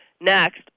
Next